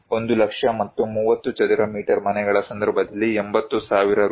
1 ಲಕ್ಷ ಮತ್ತು 30 ಚದರ ಮೀಟರ್ ಮನೆಗಳ ಸಂದರ್ಭದಲ್ಲಿ 80000 ರೂ